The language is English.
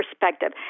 perspective